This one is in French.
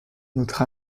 notre